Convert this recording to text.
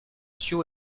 sue